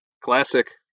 Classic